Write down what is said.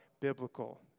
biblical